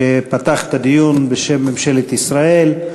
שפתח את הדיון בשם ממשלת ישראל.